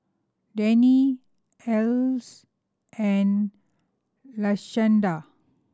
Danae Alys and Lashanda